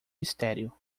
mistério